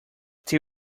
they